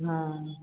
हाँ